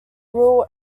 rural